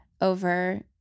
over